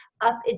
up